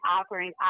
offering